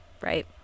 Right